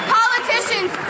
politicians